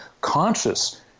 conscious